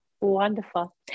Wonderful